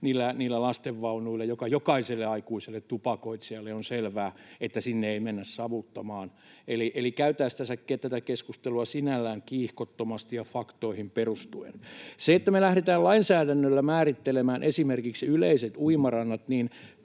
niillä lastenvaunuilla, vaikka jokaiselle aikuiselle tupakoitsijalle on selvää, että sinne ei mennä savuttamaan. Eli käytäisiin tätä keskustelua sinällään kiihkottomasti ja faktoihin perustuen. Siitä, että me lähdetään lainsäädännöllä määrittelemään esimerkiksi yleiset uimarannat